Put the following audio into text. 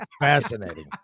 fascinating